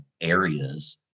areas